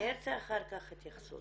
אני ארצה אחר כך התייחסות.